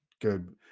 Good